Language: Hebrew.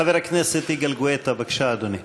חבר הכנסת יגאל גואטה, בבקשה, אדוני.